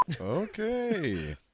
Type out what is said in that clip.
okay